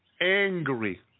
angry